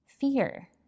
Fear